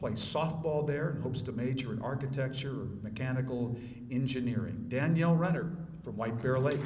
play soft ball their hopes to major in architecture mechanical engineering danielle rendered from white girl